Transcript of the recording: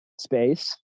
space